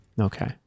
Okay